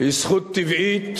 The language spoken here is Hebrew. היא זכות טבעית,